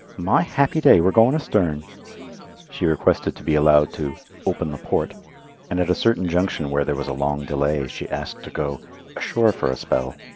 my happy day! we're goin' astern! she requested to be allowed to open the port and at a certain junction where there was a long delay she asked to go ashore for a spell.